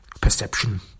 perception